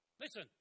Listen